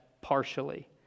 partially